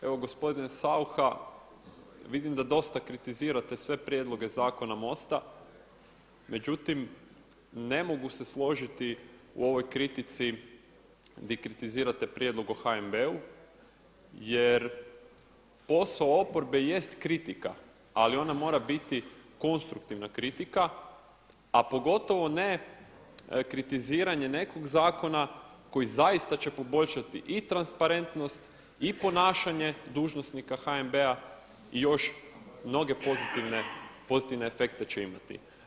Evo gospodine Saucha vidim da dosta kritizirate sve prijedloge zakona MOST-a, međutim ne mogu se složiti u ovoj kritici gdje kritizirate prijedlog o HNB-u jer posao oporbe jest kritika ali ona mora biti konstruktivna kritika a pogotovo ne kritiziranje nekog zakona koji zaista će poboljšati i transparentnost i ponašanje dužnosnika HNB-a i još mnoge pozitivne efekte će imati.